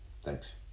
thanks